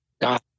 God